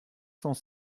cent